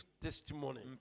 testimony